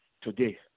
today